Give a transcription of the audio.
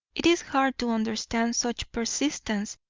it is hard to understand such persistence,